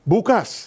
Bukas